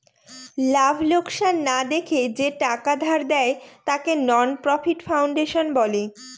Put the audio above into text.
লাভ লোকসান না দেখে যে টাকা ধার দেয়, তাকে নন প্রফিট ফাউন্ডেশন বলে